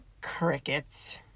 crickets